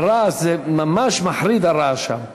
הרעש הזה, ממש מחריד הרעש שם.